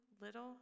little